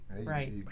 Right